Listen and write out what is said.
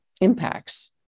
impacts